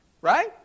right